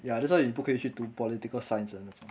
ya that's why 你不可以去读 political science 的那种